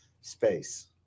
space